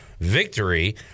victory